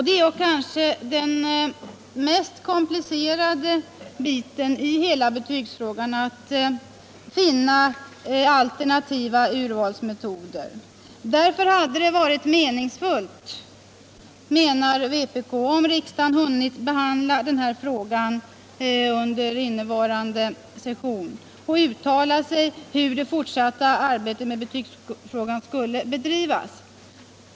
Det är kanske den mest komplicerade biten av hela betygsfrågan — att finna alternativa urvalsmetoder. Därför hade det varit meningsfullt, menar vpk, om riksdagen hade hunnit behandla den här frågan under innevarande riksmöte och uttala sig för hur det fortsatta arbetet med betygsfrågan skulle bedrivas.